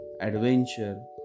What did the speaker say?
adventure